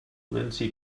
lindsey